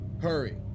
hurry